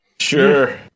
Sure